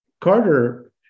Carter